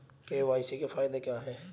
KYC के फायदे क्या है?